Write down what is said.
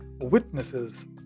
witnesses